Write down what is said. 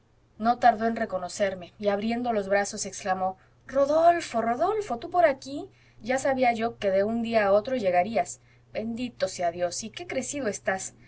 no tardó en reconocerme y abriendo los brazos exclamó rodolfo rodolfo tú por aquí ya sabía yo que de un día a otro llegarías bendito sea dios y qué crecido estás